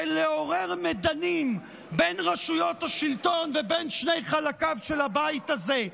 לעורר מדנים בין רשויות השלטון ובין שני חלקיו של הבית הזה?